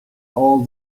all